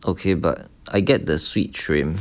okay but I get the sweet shrimp